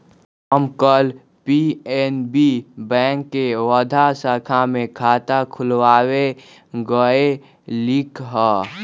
हम कल PNB bank के वर्धा शाखा में खाता खुलवावे गय लीक हल